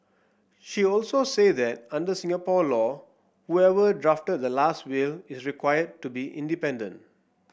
she also said that under Singapore law whoever drafted the last will is required to be independent